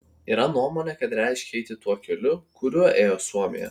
yra nuomonė kad reiškia eiti tuo keliu kuriuo ėjo suomija